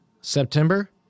September